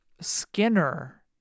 Skinner